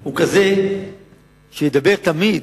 הוא כזה שידבר תמיד